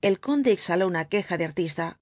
el conde exhaló una queja de artista